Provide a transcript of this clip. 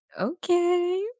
Okay